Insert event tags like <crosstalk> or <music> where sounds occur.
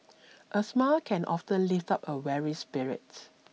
<noise> a smile can often lift up a weary spirit